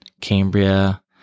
Cambria